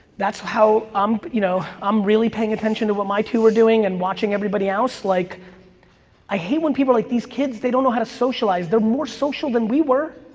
that's how i'm you know um really paying attention to what my two are doing and watching everybody else. like i hate when people are like these kids, they don't know how to socialize. they're more social than we were.